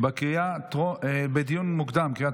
עברה בקריאה הראשונה ותועבר לוועדת הבריאות להכנה לקריאה